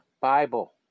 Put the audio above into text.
Bible